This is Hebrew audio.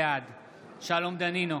בעד שלום דנינו,